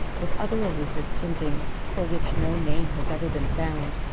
with other elusive tintings for which no name has ever been found.